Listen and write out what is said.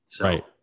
Right